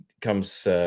comes